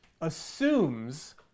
assumes